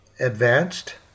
advanced